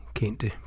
kendte